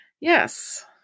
yes